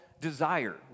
desire